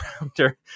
rounder